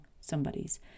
somebody's